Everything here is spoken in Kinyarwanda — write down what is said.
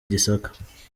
gisaka